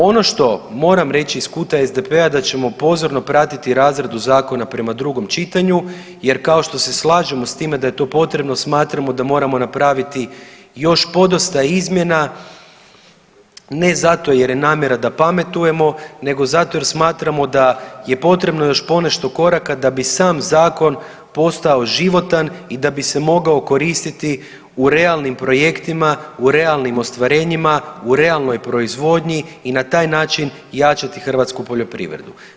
Ono što moram reći iz kuta SDP-a da ćemo pozorno pratiti razradu zakona prema drugom čitanju jer kao što se slažemo s time da je to potrebno smatramo da moramo napraviti još podosta izmjena, ne zato jer je namjera da pametujemo nego zato jer smatramo da je potrebno još ponešto koraka da bi sam zakon postao životan i da bi se mogao koristiti u realnim projektima, u realnim ostvarenjima, u realnoj proizvodnji i na taj način jačati hrvatsku poljoprivredu.